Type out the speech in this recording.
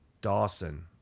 Dawson